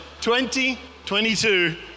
2022